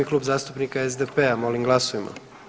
Klub zastupnika SDP-a molim glasujmo.